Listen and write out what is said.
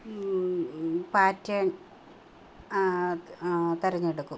pattern ആ ആ തിരഞ്ഞെടുക്കും